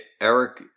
eric